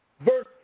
Verse